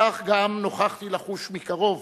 כך גם נוכחתי לחוש מקרוב,